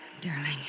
Darling